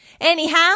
Anyhow